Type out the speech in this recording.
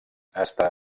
està